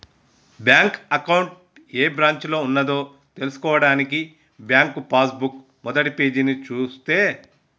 bank account ఏ బ్రాంచిలో ఉన్నదో తెల్సుకోవడానికి బ్యాంకు పాస్ బుక్ మొదటిపేజీని చూస్తే